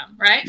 right